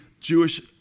Jewish